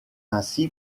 ainsi